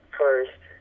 first